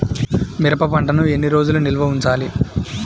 మిరప పంటను ఎన్ని రోజులు నిల్వ ఉంచాలి?